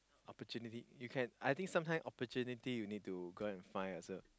opportunity you can I think sometime opportunity you need to go and find yourself